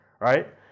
right